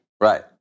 Right